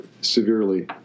severely